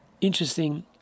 interesting